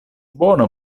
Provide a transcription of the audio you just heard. bona